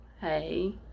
hey